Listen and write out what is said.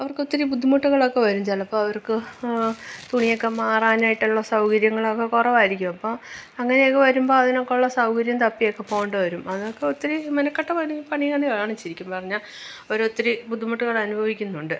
അവർക്കൊത്തിരി ബുദ്ധിമുട്ടുകളൊക്കെ വരും ചിലപ്പോൾ അവർക്ക് തുണിയൊക്കെ മാറാനായിട്ടുള്ള സൗകര്യങ്ങളൊക്കെ കുറവായിരിക്കും അപ്പോൾ അങ്ങനെയൊക്കെ വരുമ്പോൾ അതിനൊക്കുള്ള സൗകര്യം തപ്പിയൊക്കെ പോകേണ്ടത് വരും അതൊക്കെ ഒത്തിരി മെനക്കെട്ട പണി പണി തന്നെയാണ് ശെരിക്കും പറഞ്ഞാൽ അവരൊത്തിരി ബുദ്ധിമുട്ടുകളനുഭവിക്കുന്നുണ്ട്